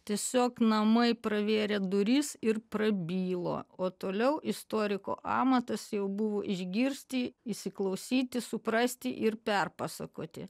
tiesiog namai pravėrė duris ir prabilo o toliau istoriko amatas jau buvo išgirsti įsiklausyti suprasti ir perpasakoti